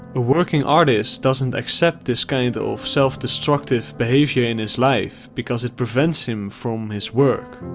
the working artist doesn't accept this kind of self-destructive behavior in his life because it prevents him from his work